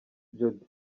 jody